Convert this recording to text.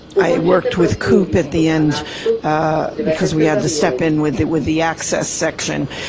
i worked with coop at the end because we had to step in with the with the access section.